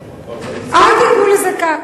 אל תיתנו לזה יד.